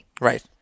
Right